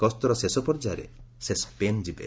ଗସ୍ତର ଶେଷ ପର୍ଯ୍ୟାୟରେ ସେ ସ୍କେନ ଯିବେ